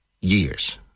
years